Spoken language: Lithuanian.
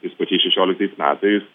tais pačiais šešioliktais metais